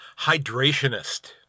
hydrationist